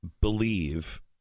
believe